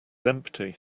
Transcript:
empty